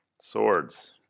Swords